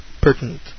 pertinent